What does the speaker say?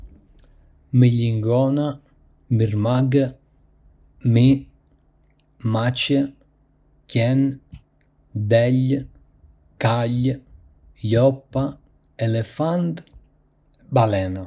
Melljingona Merimangë Mi Mace Qen Dele Kalë Lopa Elefant Balena